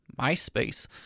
MySpace